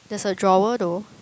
there's a drawer though